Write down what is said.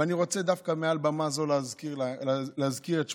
אני רוצה דווקא מעל במה זו להזכיר את שמותיהם: